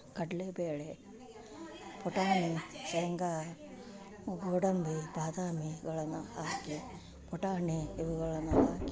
ಕಡಲೆ ಬೇಳೆ ಪುಟಾಣಿ ಶೇಂಗ ಗೋಡಂಬಿ ಬಾದಾಮಿಗಳನ್ನು ಹಾಕಿ ಪುಟಾಣಿ ಇವುಗಳನ್ನು ಹಾಕಿ